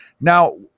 Now